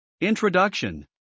Introduction